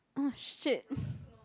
orh shit